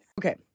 Okay